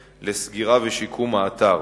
נקבע שיש צורך במקום חלופי לשפיכת האשפה,